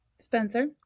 Spencer